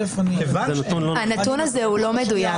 הנתון הזה לא מדויק.